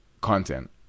content